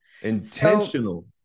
Intentional